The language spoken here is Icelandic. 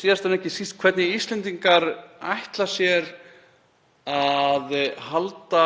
Síðast en ekki síst hvernig Íslendingar ætla sér að halda